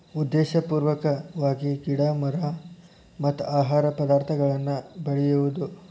ಉದ್ದೇಶಪೂರ್ವಕವಾಗಿ ಗಿಡಾ ಮರಾ ಮತ್ತ ಆಹಾರ ಪದಾರ್ಥಗಳನ್ನ ಬೆಳಿಯುದು